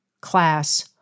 class